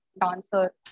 dancer